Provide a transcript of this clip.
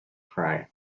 cry